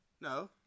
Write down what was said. No